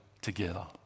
together